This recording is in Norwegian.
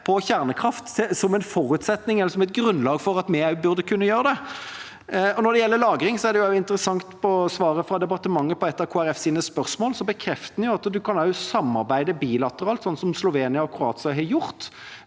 på kjernekraft, som en forutsetning eller som et grunnlag for at vi også burde kunne gjøre det. Når det gjelder lagring, er det interessant at i svaret fra departementet på et av Kristelig Folkepartis spørsmål, bekrefter en at en kan samarbeide bilateralt, sånn som Slovenia og Kroatia har gjort.